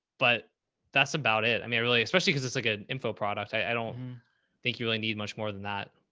but that's about it. i mean, it really, especially cause it's like an info product. i don't think you really need much more than that.